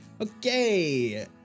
okay